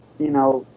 you know